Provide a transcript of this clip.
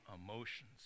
emotions